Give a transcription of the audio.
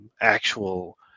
actual